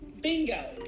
Bingo